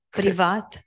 privat